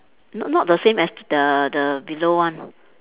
not not the same as the the below one